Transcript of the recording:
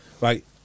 Right